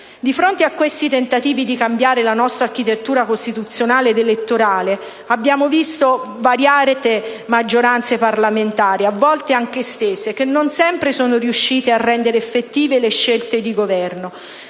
Di fronte a questi tentativi di cambiare la nostra architettura costituzionale ed elettorale, abbiamo visto variare maggioranze parlamentari, a volte anche estese, che non sempre sono riuscite a rendere effettive le scelte di Governo.